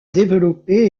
développer